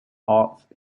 arts